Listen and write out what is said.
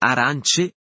Arance